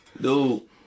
Dude